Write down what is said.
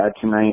tonight